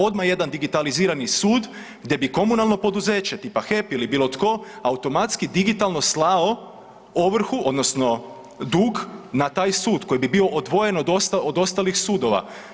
Odmah jedan digitalizirani sud gdje bi komunalno poduzeće tipa HEP ili bilo tko automatski digitalno slao ovrhu odnosno dug na taj sud koji bi bio odvojen od ostalih sudova.